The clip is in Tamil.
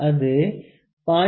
அது 0